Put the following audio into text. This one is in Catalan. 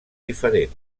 diferent